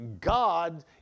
God